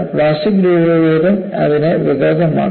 plastic രൂപഭേദം അതിനെ വികൃതമാക്കും